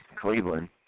Cleveland